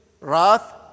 wrath